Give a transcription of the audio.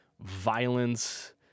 violence